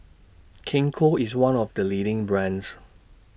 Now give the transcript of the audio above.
Gingko IS one of The leading brands